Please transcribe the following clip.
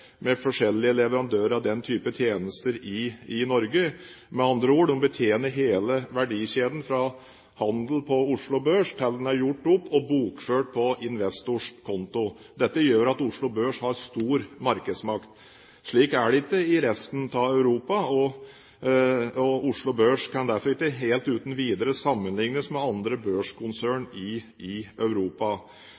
med forskjellig leverandører av den type tjenester i Norge. Med andre ord: De betjener hele verdikjeden fra handelen på Oslo Børs til den er gjort opp og bokført på investors konto. Dette gjør at Oslo Børs har stor markedsmakt. Slik er det ikke i resten av Europa. Oslo Børs kan derfor ikke helt uten videre sammenlignes med andre børskonsern